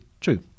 true